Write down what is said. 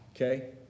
Okay